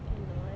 uh no what